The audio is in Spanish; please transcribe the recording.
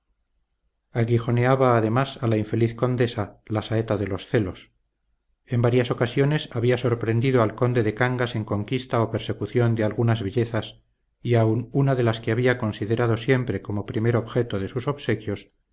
posesión aguijoneaba además a la infeliz condesa la saeta de los celos en varias ocasiones había sorprendido al conde de cangas en conquista o persecución de algunas bellezas y aun una de las que había considerado siempre como primer objeto de sus obsequios